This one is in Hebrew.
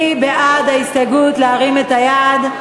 מי בעד ההסתייגות, להרים את היד.